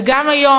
וגם היום,